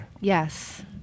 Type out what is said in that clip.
yes